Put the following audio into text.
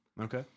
Okay